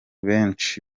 benshi